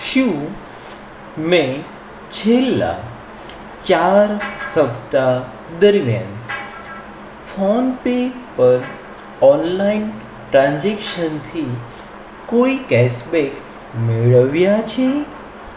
શું મેં છેલ્લાં ચાર સપ્તાહ દરમિયાન ફોન પે પર ઓનલાઈન ટ્રાન્ઝેક્શનથી કોઈ કેશબેક મેળવ્યા છે